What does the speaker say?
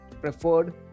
preferred